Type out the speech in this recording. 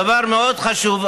דבר מאוד חשוב.